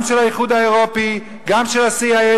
גם של האיחוד האירופי, גם של ה-CIA.